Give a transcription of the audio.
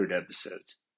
episodes